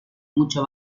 mucho